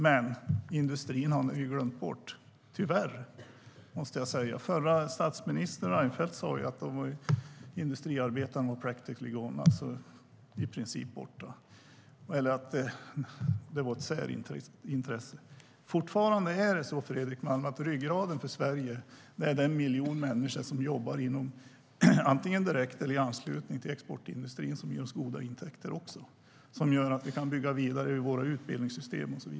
Men industrin har ni glömt bort, tyvärr. Fredrik Malm, fortfarande är ryggraden för Sverige den miljon människor som jobbar antingen direkt eller i anslutning till exportindustrin som också ger oss goda intäkter. Det gör att man kan bygga vidare på våra utbildningssystem.